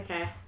Okay